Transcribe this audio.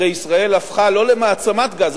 הרי ישראל הפכה לא למעצמת גז,